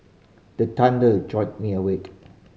the thunder jolt me awake